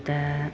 दा